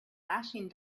flashing